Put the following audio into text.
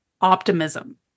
optimism